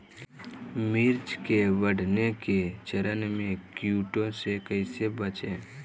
मिर्च के बढ़ने के चरण में कीटों से कैसे बचये?